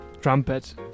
trumpet